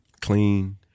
clean